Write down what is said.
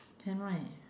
can right